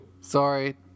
Sorry